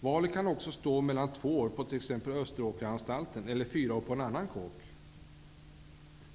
Valet kan också stå mellan två år på t.ex. Österåkersanstalten eller fyra år på en annan ''kåk''.